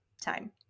time